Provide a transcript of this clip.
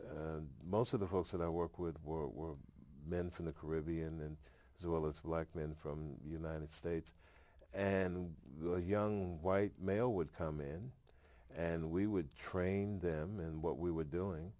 most of the folks that i work with world were men from the caribbean and as well as black men from the united states and a young white male would come in and we would train them in what we were doing